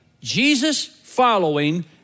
Jesus-following